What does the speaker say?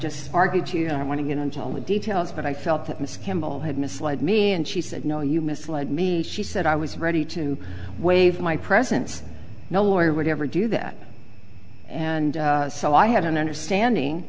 just argued you know i want to get into all the details but i felt that miss campbell had misled me and she said no you misled me she said i was ready to waive my presence no lawyer would ever do that and so i had an understanding